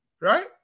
Right